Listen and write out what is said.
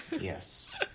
Yes